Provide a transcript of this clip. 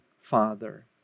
Father